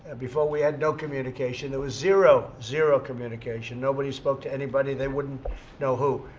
and before, we had no communication. there was zero zero communication. nobody spoke to anybody. they wouldn't know who.